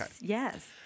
Yes